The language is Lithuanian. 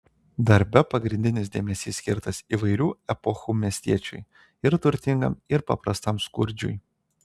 darbe pagrindinis dėmesys skirtas įvairių epochų miestiečiui ir turtingam ir paprastam skurdžiui